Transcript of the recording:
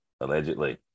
Allegedly